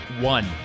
One